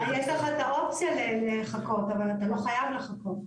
יש לך את האופציה לחכות אבל אתה לא חייב לחכות.